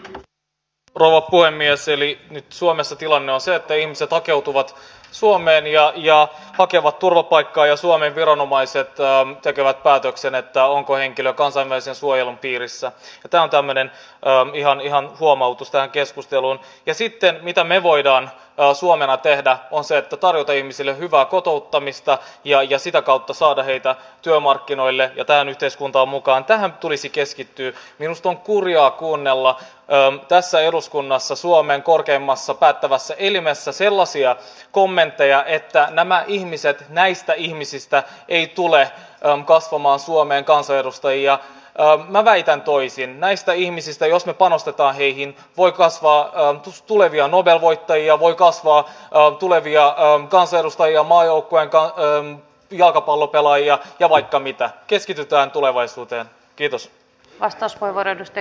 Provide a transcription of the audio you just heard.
tämä luo puhemies eli nyt suomessa tilanne on se että ihmiset hakeutuvat suomeen ja jo hakevat turvapaikkaa ja suomen viranomaiset tekevät päätöksen että onko henkilö kansainvälisen suojelun piirissä tamro menen ihan ihan huomautus tai keskustelun käsitteen mitä me voidaan suomela tehdä useita tarjota ihmisille hyvää kotouttamista ja jo sitä kautta saada heitä työmarkkinoille mitään yhteiskuntaa mukaan tähän tulisi keskittyä joustoon kurjaa kuunnella tässä eduskunnassa suomen korkeimmassa päättävässä elimessä sellaisia kommentteja että nämä ihmiset näistä ihmisistä ei tule kasvamaan suomeen kansanedustajia valvonnan väitän toisin näistä ihmisistä ja panostetaan niihin voi kasvaa ja tulevia nobel voittajia voi kasvaa tulevia kansanedustajia maajoukkueen kahta jalkapallopelaajia ja vaikka mitä keskitytään tulevaisuuteen kiitos vastasi volvon edustaja